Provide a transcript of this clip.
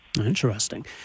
Interesting